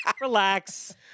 Relax